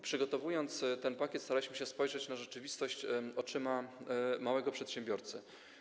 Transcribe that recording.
Przygotowując ten pakiet, staraliśmy się spojrzeć na rzeczywistość oczyma małego przedsiębiorcy.